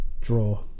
draw